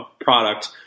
product